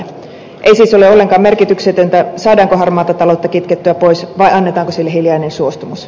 ei siis ole ollenkaan merkityksetöntä saadaanko harmaata taloutta kitkettyä pois vai annetaanko sille hiljainen suostumus